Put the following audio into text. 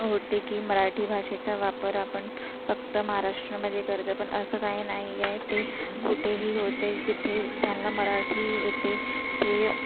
होते की मराठी भाषेचा वापर आपण फक्त महाराष्ट्रमधे करतो पण असं काही नाही आहे ते कुठेही होते जिथे ज्यांना मराठी येते ते